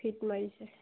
fit মাৰিছে